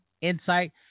insight